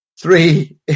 Three